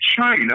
China